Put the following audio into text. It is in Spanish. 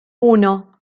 uno